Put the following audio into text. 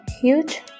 huge